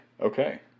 Okay